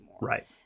Right